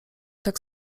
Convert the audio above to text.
tak